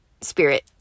spirit